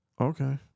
Okay